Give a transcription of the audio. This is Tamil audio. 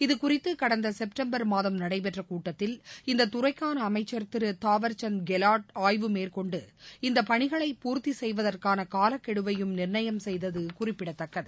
இது குறித்து கடந்த செப்டம்பர் மாதம் நடைபெற்ற கூட்டத்தில் இந்த துறைக்கான அமைச்சர் திரு தாவர்சந்த் கெலாட் ஆய்வு மேற்கொண்டு இந்த பணிகளை பூர்த்தி செய்வதற்கான காலக்கெடுவையும் நிர்ணயம் செய்தது குறிப்பிடத்தக்கது